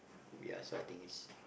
ya so I think it's